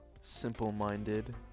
simple-minded